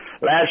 last